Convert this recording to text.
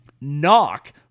knock